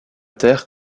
terre